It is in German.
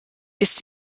ist